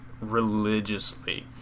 religiously